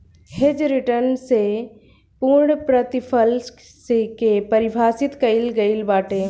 hedge return से पूर्णप्रतिफल के पारिभाषित कईल गईल बाटे